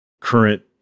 current